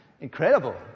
incredible